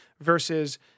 versus